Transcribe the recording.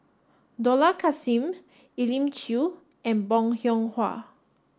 Dollah Kassim Elim Chew and Bong Hiong Hwa